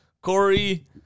Corey